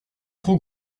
trop